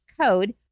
code